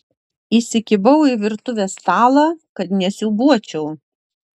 įsikibau į virtuvės stalą kad nesiūbuočiau